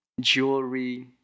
jewelry